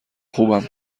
خوبم